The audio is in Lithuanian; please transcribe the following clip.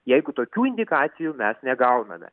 jeigu tokių indikacijų mes negauname